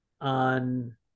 on